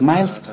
Miles